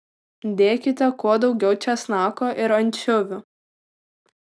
dėkite kuo daugiau česnako ir ančiuvių